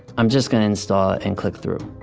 i'm just going to install it and click-through.